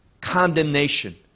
condemnation